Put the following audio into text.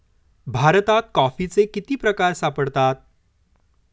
भारतात कॉफीचे किती प्रकार सापडतात?